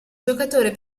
giocatore